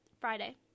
Friday